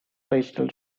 crystal